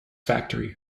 factory